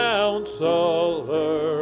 Counselor